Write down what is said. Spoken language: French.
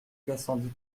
gassendy